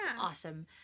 awesome